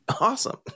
Awesome